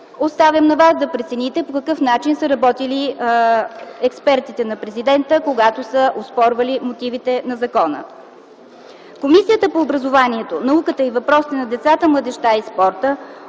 Оставям на вас да прецените по какъв начин са работили експертите на Президента, когато са оспорвали мотивите на закона. Комисията по образованието, науката и въпросите на децата, младежта и спорта